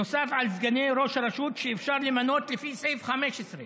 נוסף על סגני ראש הרשות שאפשר למנות לפי סעיף 15",